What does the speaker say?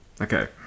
Okay